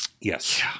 Yes